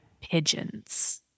pigeons